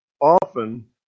often